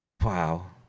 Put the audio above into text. wow